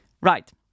Right